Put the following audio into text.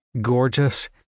Gorgeous